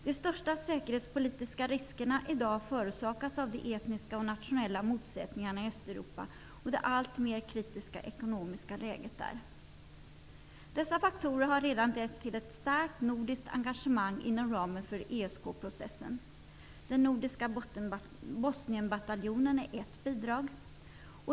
De största säkerhetspolitiska riskerna i dag förorsakas av de etniska och nationella motsättningarna i Östeuropa och det alltmer kritiska ekonomiska läget där. Dessa faktorer har redan lett till ett starkt nordiskt engagemang inom ramen för ESK-processen. Den nordiska Bosnienbataljonen är ett bidrag.